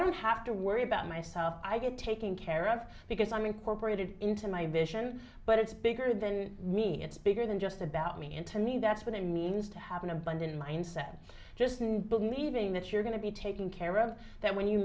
don't have to worry about myself i get taken care of because i'm incorporated into my vision but it's bigger than me it's bigger than just about me and to me that's what it means to have an abundant mindset just in believing that you're going to be taken care of that when you